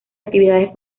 actividades